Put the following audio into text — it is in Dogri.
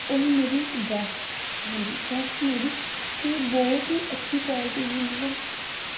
ओह् ही मेरी इक ड्रेस हां जी ड्रेस ही मेरी ते बोह्त ही अच्छी क्वालिटी ही मतलब